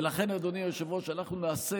ולכן אדוני היושב-ראש אנחנו נעשה